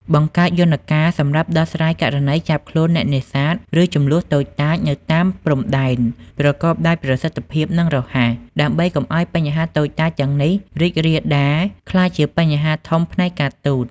បង្កើតយន្តការសម្រាប់ដោះស្រាយករណីចាប់ខ្លួនអ្នកនេសាទ ឬជម្លោះតូចតាចនៅតាមព្រំដែនប្រកបដោយប្រសិទ្ធភាព និងរហ័ស ដើម្បីកុំឱ្យបញ្ហាតូចតាចទាំងនេះរីករាលដាលក្លាយជាបញ្ហាធំផ្នែកការទូត។